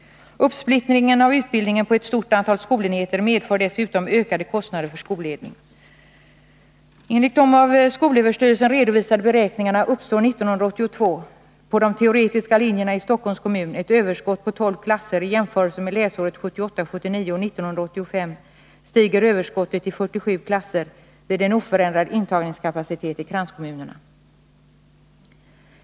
Uppsplittringen av utbildningen på ett stort antal skolenheter medför dessutom ökade kostnader för skolledning. Enligt de av skolöverstyrelsen redovisade beräkningarna uppstår 1982 på de teoretiska linjerna i Stockholms kommun ett överskott på 12 klasser i jämförelse med läsåret 1978/79, och 1985 stiger överskottet till 47 klasser vid en oförändrad intagningskapacitet i kranskommunerna.